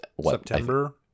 September